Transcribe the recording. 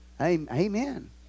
Amen